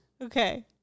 Okay